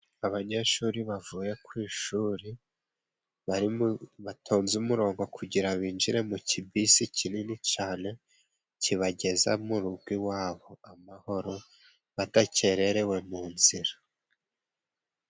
Abanyeshuri bavuye ku ishuri bari mu batonze umurongo kugira binjire mu kibisi kinini cane, kibageza mu rugo iwabo amahoro badakererewe mu nzira.